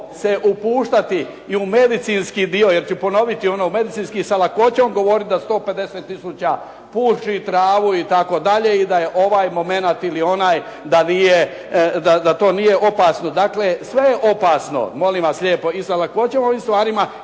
upuštati i u medicinski dio. Ponovit ću medicinski sa lakoćom govoriti da 150 tisuća puši travu itd. i da je ovaj momenat ili onaj, da to nije opasno. Dakle, sve je opasno. Molim vas lijepo. I sa lakoćom ovih stvari,